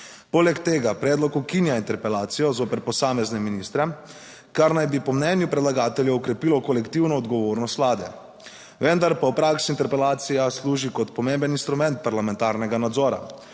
Poleg tega predlog ukinja interpelacijo zoper posamezne ministre, kar naj bi po mnenju predlagateljev okrepilo kolektivno odgovornost vlade. Vendar pa v praksi interpelacija služi kot pomemben instrument parlamentarnega nadzora.